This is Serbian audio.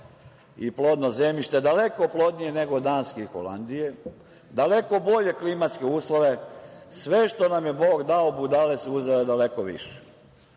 i plodno zemljište, daleko plodnije nego od Danske i Holandije, daleko bolje klimatske uslove, sve što nam je Bog dao budale su uzele daleko više.